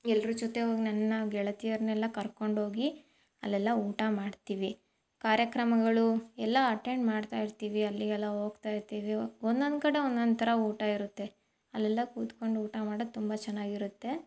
ಎಲ್ಲರೂ ಜೊತೆಗೆ ಹೋಗ್ ನನ್ನ ಗೆಳತಿಯರನ್ನೆಲ್ಲ ಕರ್ಕೊಂಡೋಗಿ ಅಲ್ಲೆಲ್ಲ ಊಟ ಮಾಡ್ತೀವಿ ಕಾರ್ಯಕ್ರಮಗಳು ಎಲ್ಲ ಅಟೆಂಡ್ ಮಾಡ್ತಾ ಇರ್ತೀವಿ ಅಲ್ಲಿಗೆಲ್ಲ ಹೋಗ್ತಾ ಇರ್ತೀವಿ ಒಂದೊಂದು ಕಡೆ ಒಂದೊಂದು ಥರ ಊಟ ಇರುತ್ತೆ ಅಲ್ಲೆಲ್ಲ ಕೂತ್ಕೊಂಡು ಊಟ ಮಾಡೋದು ತುಂಬ ಚೆನ್ನಾಗಿರತ್ತೆ